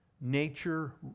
nature